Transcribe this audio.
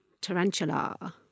Tarantula